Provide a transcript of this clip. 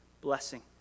blessing